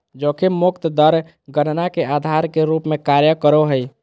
जोखिम मुक्त दर गणना के आधार के रूप में कार्य करो हइ